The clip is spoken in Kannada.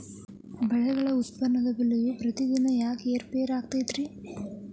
ಬೆಳೆಗಳ ಉತ್ಪನ್ನದ ಬೆಲೆಯು ಪ್ರತಿದಿನ ಯಾಕ ಏರು ಪೇರು ಆಗುತ್ತೈತರೇ?